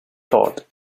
taught